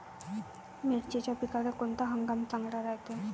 मिर्चीच्या पिकाले कोनता हंगाम चांगला रायते?